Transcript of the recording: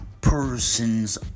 persons